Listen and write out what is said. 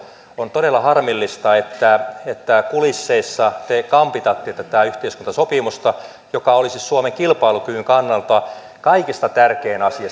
on todella harmillista että että kulisseissa te kampitatte tätä yhteiskuntasopimusta joka olisi suomen kilpailukyvyn kannalta kaikkein tärkein asia